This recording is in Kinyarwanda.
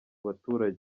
baturage